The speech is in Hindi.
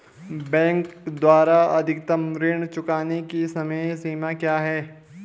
बैंक द्वारा अधिकतम ऋण चुकाने की समय सीमा क्या है?